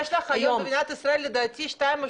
זה מתחיל בזה שיש לך במדינת ישראל לדעתי שניים או